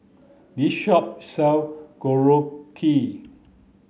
this shop sell Korokke